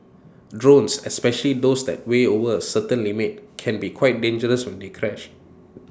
drones especially those that weigh over A certain limit can be quite dangerous when they crash